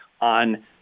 on